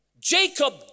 Jacob